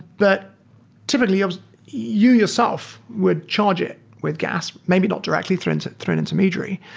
but typically, ah you yourself would charge it with gas, maybe not directly through and through an intermediary.